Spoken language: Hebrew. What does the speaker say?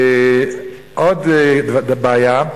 עוד בעיה.